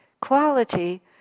quality